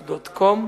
Facebook.com,